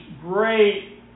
great